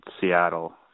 Seattle